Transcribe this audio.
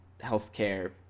healthcare